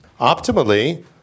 Optimally